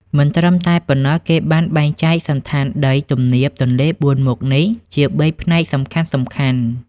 មិនត្រឹមតែប៉ុណ្ណោះ គេបានបែងចែកសណ្ឋានដីទំនាបទន្លេបួនមុខនេះជា ៣ ផ្នែកសំខាន់ៗ។